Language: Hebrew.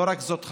לא רק זאת,